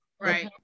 Right